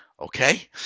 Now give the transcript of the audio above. okay